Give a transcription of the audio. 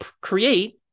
create